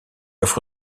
offre